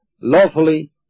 lawfully